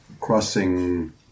Crossing